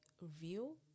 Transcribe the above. review